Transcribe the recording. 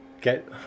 get